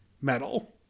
metal